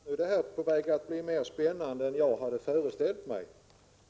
Herr talman! Det här är på väg att bli mer spännande än vad jag hade föreställt mig.